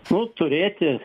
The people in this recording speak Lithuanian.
nu turėti